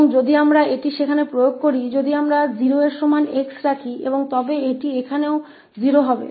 और अगर हम इसे वहां लागू करते हैं तो अगर हम 𝑥 को 0 के बराबर रखते हैं और तो यह 0 यहां भी 0 होगा